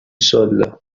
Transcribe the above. sol